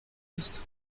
ist